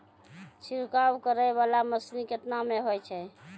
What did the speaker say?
छिड़काव करै वाला मसीन केतना मे होय छै?